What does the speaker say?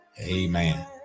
Amen